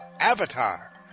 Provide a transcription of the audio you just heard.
Avatar